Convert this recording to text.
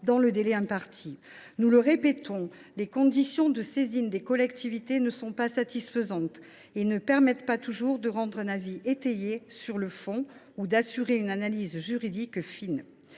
dans le délai imparti. Les conditions de saisine des collectivités n’ont pas été satisfaisantes ; elles ne permettent pas toujours de rendre un avis étayé sur le fond ou de mener une analyse juridique fine.